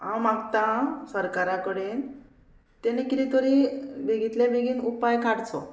हांव मागतां सरकारा कडेन तेणी किदें तरी बेगींतल्या बेगीन उपाय काडचो